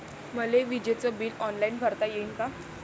मले विजेच bill online भरता येईन का?